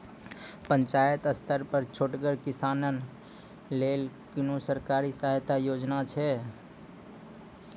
पंचायत स्तर पर छोटगर किसानक लेल कुनू सरकारी सहायता योजना छै?